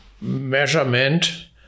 measurement